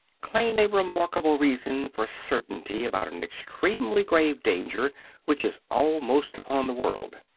claim a remarkable reason for certainty about an extremely grave danger which is almost upon the world.